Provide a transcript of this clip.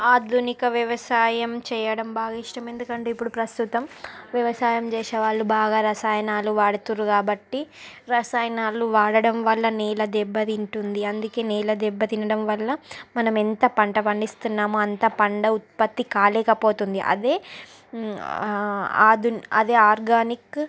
ఆధునిక వ్యవసాయం చేయడం బాగా ఇష్టం ఎందుకంటే ఇప్పుడు ప్రస్తుతం వ్యవసాయం చేసే వాళ్ళు బాగా రసాయనాలు వాడుతుర్రు కాబట్టి రసాయనాలు వాడడం వల్ల నేల దెబ్బతింటుంది అందుకే నేల దెబ్బ తినడం వల్ల మనం ఎంత పంట పండిస్తున్నామో అంత పంట ఉత్పత్తి కాలేకపోతుంది అదే ఆదు అదే ఆర్గానిక్